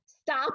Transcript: Stop